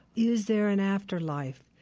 is there an afterlife,